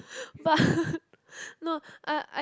but no I I